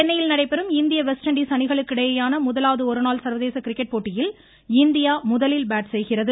சென்னையில் நடைபெறும் இந்திய வெஸ்ட் இண்டீஸ் அணிகளுக்கிடையேயான முதலாவது ஒருநாள் சர்வதேச கிரிக்கெட் போட்டியில் இந்தியா முதலில் பேட் செய்கிறது